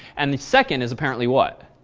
and the second is apparently what?